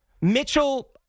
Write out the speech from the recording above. Mitchell